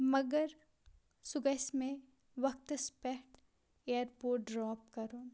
مگر سُہ گَژھِ مےٚ وَقتَس پیٹھ ایرپوٹ ڈراپ کَرُن